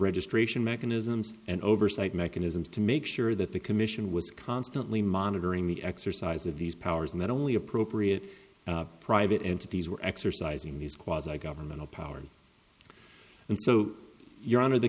registration mechanisms and oversight mechanisms to make sure that the commission was constantly monitoring the exercise of these powers and that only appropriate private entities were exercising these quasi governmental powers and so your honor the